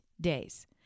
days